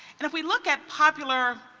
and if we look at popular